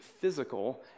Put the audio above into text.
physical